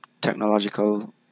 technological